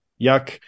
Yuck